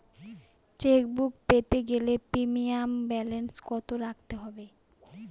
Chequebook পেতে গেলে minimum balance কত রাখতে হবে?